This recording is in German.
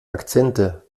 akzente